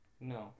No